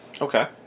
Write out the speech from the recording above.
Okay